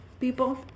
people